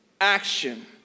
action